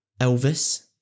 Elvis